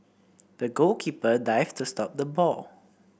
the goalkeeper dived to stop the ball